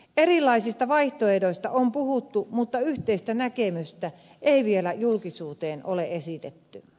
erilaisista vaihtoehdoista on puhuttu mutta yhteistä näkemystä ei vielä julkisuuteen ole esitetty